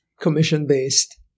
commission-based